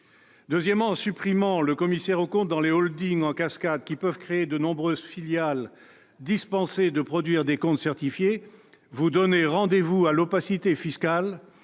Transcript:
Deuxièmement, en supprimant le commissaire aux comptes dans les holdings en cascade, qui peuvent créer de nombreuses filiales dispensées de produire des comptes certifiés, vous donnez rendez-vous à l'opacité fiscale,